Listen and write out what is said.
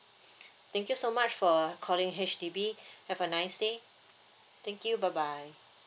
thank you so much for calling H_D_B have a nice day thank you bye bye